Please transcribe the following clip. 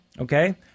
okay